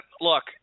Look